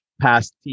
past